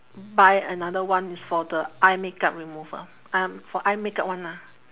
buy another one is for the eye makeup remover eye m~ for eye makeup one ah